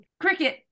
cricket